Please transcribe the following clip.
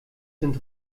sind